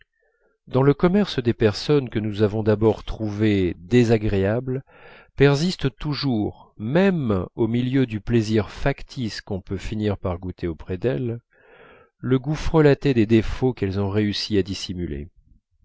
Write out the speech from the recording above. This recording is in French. dans le commerce des personnes que nous avons d'abord trouvées désagréables persiste toujours même au milieu du plaisir factice qu'on peut finir par goûter auprès d'elles le goût frelaté des défauts qu'elles ont réussi à dissimuler